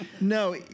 no